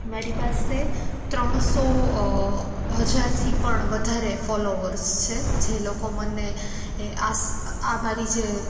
મારી પાસે ત્રણસો હજારથી પણ વધારે ફોલોઅર્સ છે જે લોકો મને આસ આ મારી જે